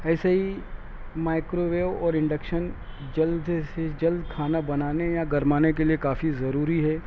ایسے ہی microwave اور انڈکشن جلد سے جلد کھانا بنانے یا گرمانے کے لیے کافی ضروری ہے